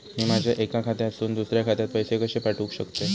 मी माझ्या एक्या खात्यासून दुसऱ्या खात्यात पैसे कशे पाठउक शकतय?